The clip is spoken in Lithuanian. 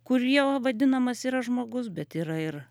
kuriuo vadinamas yra žmogus bet yra ir